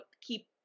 keep